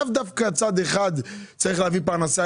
לאו דווקא צד אחד צריך להביא פרנסה,